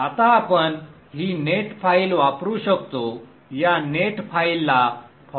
आता आपण ही नेट फाईल वापरू शकतो या नेट फाईलला forward